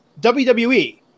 WWE